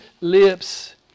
lips